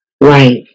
Right